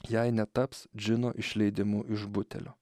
jai netaps džino išleidimu iš butelio